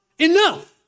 Enough